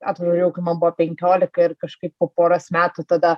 atvažiavau kai man buvo penkiolika ir kažkaip po poros metų tada